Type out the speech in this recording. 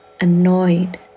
annoyed